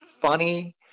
Funny